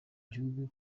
gihugu